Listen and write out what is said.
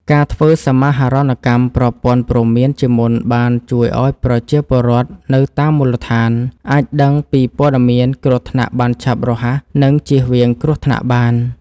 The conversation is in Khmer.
ការធ្វើសមាហរណកម្មប្រព័ន្ធព្រមានជាមុនបានជួយឱ្យប្រជាពលរដ្ឋនៅតាមមូលដ្ឋាន អាចដឹងពីព័ត៌មានគ្រោះថ្នាក់បានឆាប់រហ័ស និងជៀសវាងគ្រោះថ្នាក់បាន។